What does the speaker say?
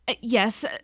yes